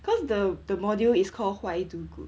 cause the the module is call why do good